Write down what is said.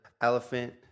elephant